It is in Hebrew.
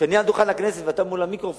שאני אהיה על דוכן הכנסת ואני מול המיקרופון,